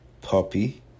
puppy